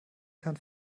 kann